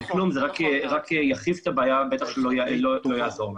זה רק יחריף את הבעיה ובטח שלא יעזור לה.